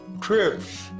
trips